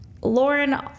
Lauren